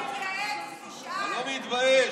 הכנסת לא של אבא שלך,